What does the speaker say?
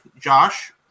Josh